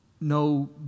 no